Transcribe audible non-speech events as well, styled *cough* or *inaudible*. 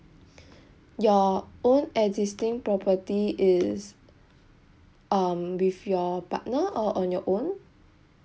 *breath* your own existing property is um with your partner or on your own